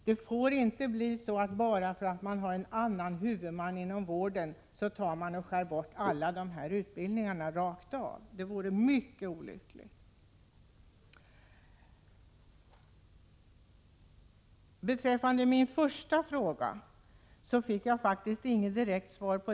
Det får inte bli så att man, bara därför att det är en annan huvudman inom vården, skär bort alla dessa utbildningar rakt av. Det vore mycket olyckligt. Min första fråga fick jag faktiskt inget direkt svar på.